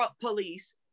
police